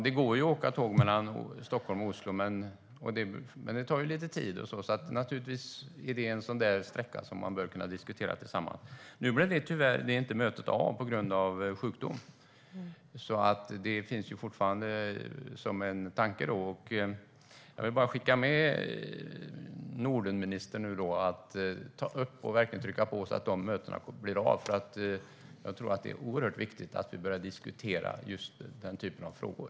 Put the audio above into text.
Det går ju att åka tåg mellan Stockholm och Oslo, men det tar lite tid. Naturligtvis är det en sådan sträcka som man bör kunna diskutera tillsammans. Tyvärr blev mötet inte av på grund av sjukdom. Jag vill bara skicka med Nordenministern att hon verkligen ska trycka på så att dessa möten blir av, för jag tror att det är oerhört viktigt att vi börjar diskutera den typen av frågor.